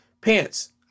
pants